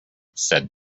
said